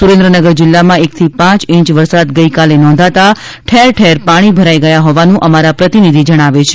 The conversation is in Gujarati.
સુરેન્દ્રનગર જિલ્લામાં એક થી પાંચ ઇંચ વરસાદ ગઈકાલે નોંધાતા ઠેર ઠેર પાણી ભરાઈ ગયા હોવાનુ અમારા પ્રતિનિધિ જણાવે છે